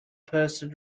person